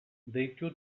deitu